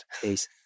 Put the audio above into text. Peace